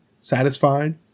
satisfied